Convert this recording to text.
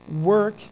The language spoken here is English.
work